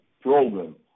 program